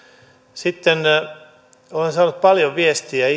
sitten olen saanut paljon viestiä